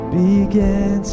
began